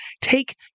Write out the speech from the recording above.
take